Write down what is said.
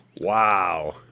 Wow